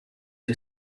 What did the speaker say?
who